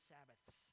Sabbaths